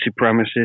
supremacists